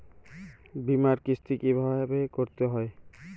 বিমার কিস্তি কিভাবে করতে হয়?